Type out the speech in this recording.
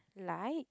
like